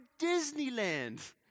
Disneyland